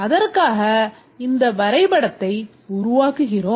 அதற்காக இந்த வரைபடத்தை உருவாக்குகிறோம்